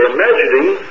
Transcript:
Imagining